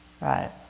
Right